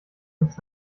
ins